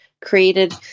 created